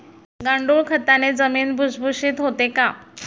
गांडूळ खताने जमीन भुसभुशीत होते का?